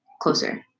closer